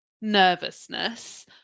nervousness